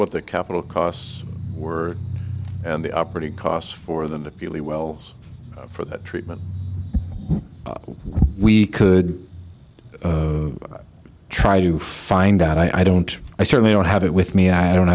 what the capital costs were and the operating costs for the really well for the treatment we could try to find out i don't i certainly don't have it with me i don't